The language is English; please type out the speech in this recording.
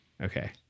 Okay